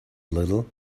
little